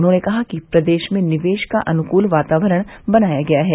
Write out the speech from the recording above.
उन्होंने कहा कि प्रदेश में निवेश का अनुकूल वातावरण बनाया गया है